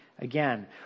Again